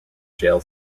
jail